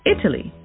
Italy